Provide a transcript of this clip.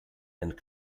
and